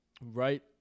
right